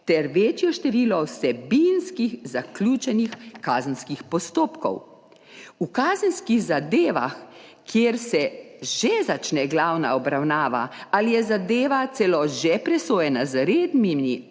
ter večje število vsebinskih zaključenih kazenskih postopkov. V kazenskih zadevah, kjer se že začne glavna obravnava ali je zadeva celo že presojena z rednimi